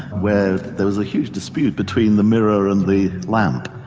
where there was a huge dispute between the mirror and the lamp,